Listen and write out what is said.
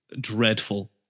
dreadful